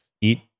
eat